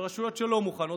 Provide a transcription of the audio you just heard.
ורשויות שלא מוכנות,